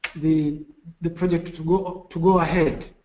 the the project to go to go ahead.